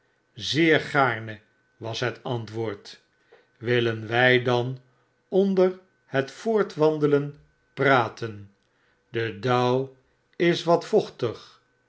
zeer gaarne was het antwoord willen wij dan onder het voortwandelen praten de dauw is wat vochtig